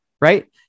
right